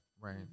right